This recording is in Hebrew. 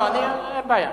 השפה הערבית היא שפה רשמית.